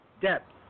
depth